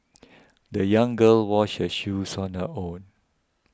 the young girl washed her shoes on her own